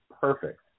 perfect